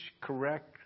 correct